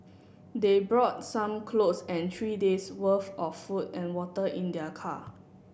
they brought some clothes and three days' worth of food and water in their car